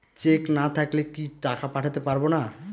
Check না থাকলে কি টাকা পাঠাতে পারবো না?